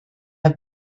have